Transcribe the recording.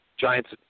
Giants